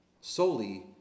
solely